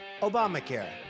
Obamacare